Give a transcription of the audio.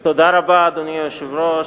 אדוני היושב-ראש,